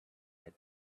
had